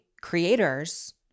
creators